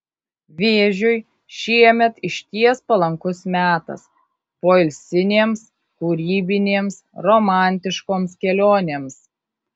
vėžiui šiemet išties palankus metas poilsinėms kūrybinėms romantiškoms kelionėms